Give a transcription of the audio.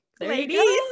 Ladies